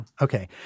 Okay